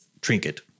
trinket